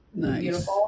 Nice